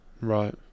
Right